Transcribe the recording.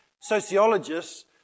sociologists